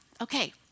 Okay